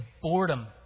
boredom